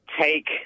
take